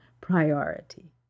priority